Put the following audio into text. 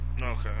Okay